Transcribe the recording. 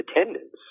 attendance